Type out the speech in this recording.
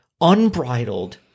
unbridled